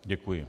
Děkuji.